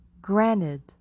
granted